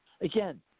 Again